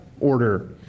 order